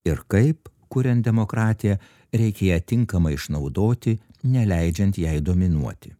ir kaip kurian demokratiją reikia ją tinkamai išnaudoti neleidžiant jai dominuoti